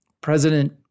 President